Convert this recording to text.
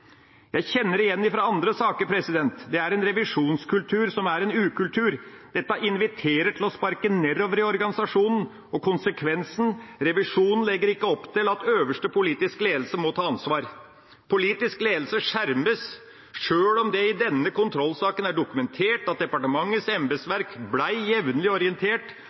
Jeg kjenner det igjen fra andre saker. Det er en revisjonskultur som er en ukultur. Dette inviterer til å sparke nedover i organisasjonen, og konsekvensen er at revisjonen ikke legger opp til at øverste politiske ledelse må ta ansvar. Politisk ledelse skjermes, sjøl om det i denne kontrollsaken er dokumentert at departementets embetsverk ble jevnlig orientert,